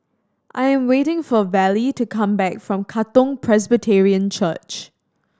I'm waiting for Vallie to come back from Katong Presbyterian Church